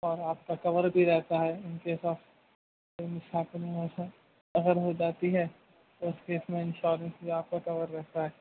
اور آپ کا کور بھی رہتا ہے اگر ہو جاتی ہے تو اس میں انشورنس بھی آپ کا کور رہتا ہے